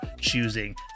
choosing